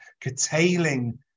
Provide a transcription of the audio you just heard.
curtailing